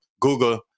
Google